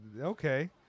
okay